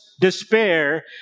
despair